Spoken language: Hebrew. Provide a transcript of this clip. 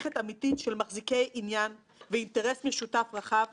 שמעטים הרגעים בכנסת שאנחנו יכולים לסכם